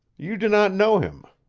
you do not know him.